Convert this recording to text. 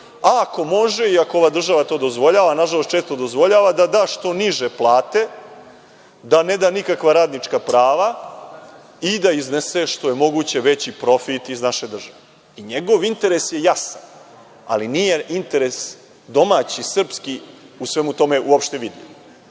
ako može i ako ova država to dozvoljava, nažalost često dozvoljava, da da što niže plate, da ne da nikakva radnička prava i da iznese što je moguće veći profit iz naše države. Njegov interes je jasan, ali nije interes domaći, srpski u svemu tome uopšte vidljiv. Posebno